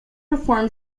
perform